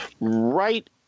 right